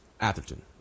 Atherton